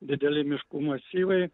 dideli miškų masyvai